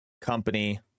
company